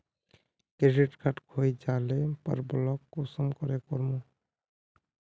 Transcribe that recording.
Credit card खोये जाले पर ब्लॉक कुंसम करे करूम?